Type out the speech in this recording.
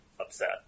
upset